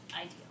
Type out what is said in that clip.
ideal